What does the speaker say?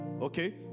Okay